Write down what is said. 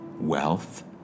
wealth